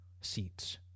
seats